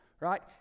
right